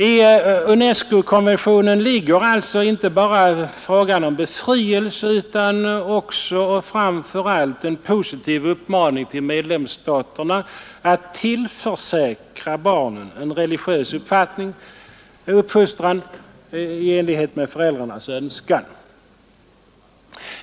I UNESCO-konventionen ligger alltså inte bara frågan om befrielse utan också framför allt en positiv uppmaning till medlemsstaterna att tillförsäkra barnen en religiös uppfostran i enlighet med föräldrarnas önskan.